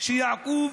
שיעקוב